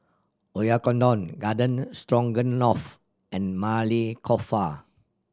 Oyakodon Garden Stroganoff and Maili Kofta